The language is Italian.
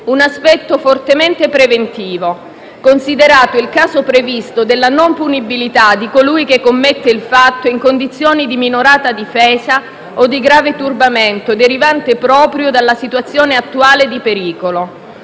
un aspetto fortemente preventivo, considerato il caso previsto della non punibilità di colui che commette il fatto in condizioni di minorata difesa o di grave turbamento, derivante proprio dalla situazione attuale di pericolo.